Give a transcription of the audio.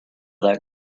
that